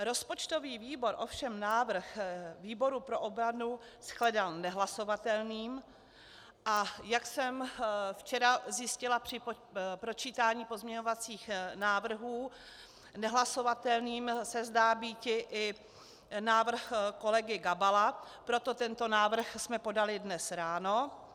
Rozpočtový výbor ovšem návrh výboru pro obranu shledal nehlasovatelným, a jak jsem včera zjistila při pročítání pozměňovacích návrhů, nehlasovatelným se zdá být i návrh kolegy Gabala, proto jsme tento návrh podali dnes ráno.